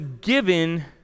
given